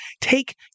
take